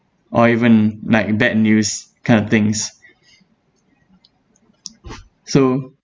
or even like bad news kind of things so